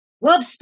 love